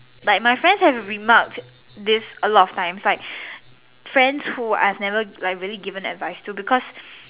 like my friends have remarked this a lot of times like friends who I've never like really given advice to because